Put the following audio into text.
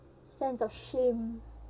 sense of shame